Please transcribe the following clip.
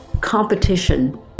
competition